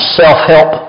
self-help